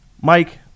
Mike